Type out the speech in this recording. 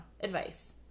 advice